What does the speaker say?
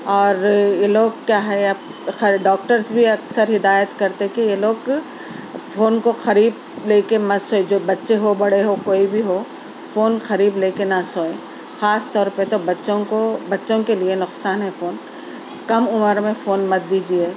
اور یہ لوگ کیا ہے خیر ڈاکٹرز بھی اکثر ہدایت کرتے کہ یہ لوگ فون کو قریب لے کے مت سوئے جو بچے ہو بڑے ہو کوئی بھی ہو فون قریب لے کے نہ سوئیں خاص طور پر تو بچوں کو بچوں کے لیے نقصان ہے فون کم عمر میں فون مت دیجیے